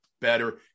better